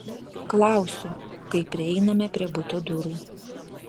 klausiu kai prieiname prie buto durų